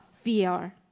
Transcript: fear